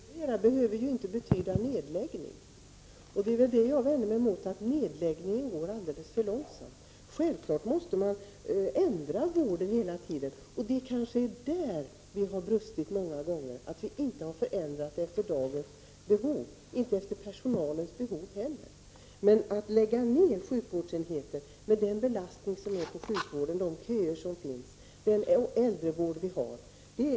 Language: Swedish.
Fru talman! Att omstrukturera behöver ju inte betyda nedläggning. Vad jag vänder mig mot är att nedläggningen går alldeles för långsamt. Självfallet måste vården förändras hela tiden. En av bristerna inom sjukvården är nog att vi inte har förändrat vården efter dagens och personalens behov. Att lägga ned enheter med den belastning inom sjukvården som vi har i dag med långa köer och brist på äldrevård måste vara fel.